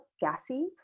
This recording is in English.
gassy